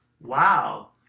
Wow